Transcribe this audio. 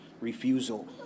refusal